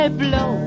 blow